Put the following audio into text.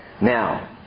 Now